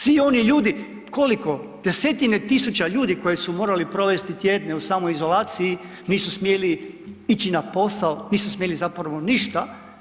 Svi oni ljudi, koliko, desetine tisuća ljudi koji su morali provesti tjedne u samoizolaciji nisu smjeli ići na posao, nisu smjeli zapravo ništa.